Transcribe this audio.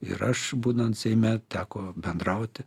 ir aš būnant seime teko bendrauti